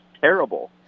terrible